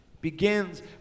Begins